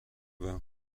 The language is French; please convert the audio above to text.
vin